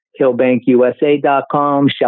hillbankusa.com